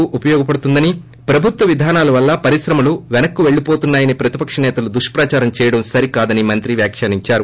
is ఉపయోగపడుతుందని ప్రభుత్వ విధానాల వల్ల పరిశ్రమలు పెనక్కి పెళ్లివోతున్నాయని ప్రతిపక్ష నేతలు దుష్పచారం చేయడం సరికాదని మంత్రి వ్యాఖ్యానించారు